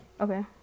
Okay